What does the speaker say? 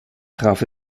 traf